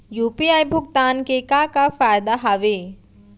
UPI भुगतान के का का फायदा हावे?